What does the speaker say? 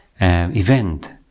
event